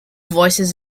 voices